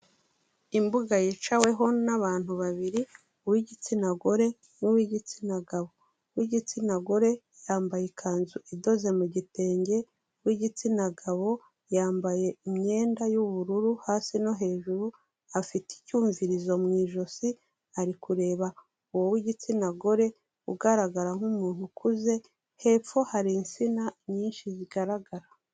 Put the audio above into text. Imbuga yicaweho n'abantu babiri, uw'igitsina gore n'uw'igitsina gabo. Uw'igitsina gore yambaye ikanzu idoze mu gitenge, uw'igitsina gabo yambaye imyenda y'ubururu hasi no hejuru, afite icyumvirizo mu ijosi, ari kureba uwo w'igitsina gore ugaragara nk'umuntu ukuze, hepfo hari insina nyinshi zigaragara.